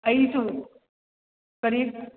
ꯑꯩꯁꯨ ꯀꯔꯤ